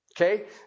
Okay